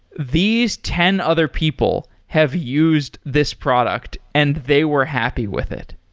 these ten other people have used this product, and they were happy with it.